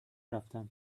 رفتتم